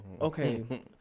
Okay